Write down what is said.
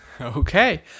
Okay